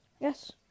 Yes